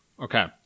Okay